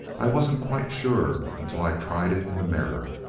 i wasn't quite sure until i tried it in the mirror.